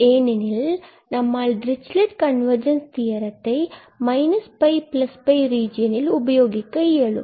ஏனெனில் நம்மால் Dirichlet convergence தியரத்தை ரீஜியனில் உபயோகிக்க இயலும்